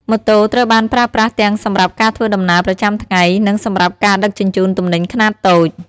ម៉ូតូត្រូវបានប្រើប្រាស់ទាំងសម្រាប់ការធ្វើដំណើរប្រចាំថ្ងៃនិងសម្រាប់ការដឹកជញ្ជូនទំនិញខ្នាតតូច។